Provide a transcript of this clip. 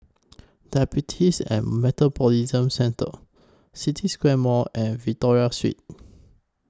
Diabetes and Metabolism Centre City Square Mall and Victoria Street